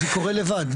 זה קורה לבד.